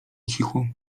ucichło